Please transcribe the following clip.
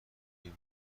بعدی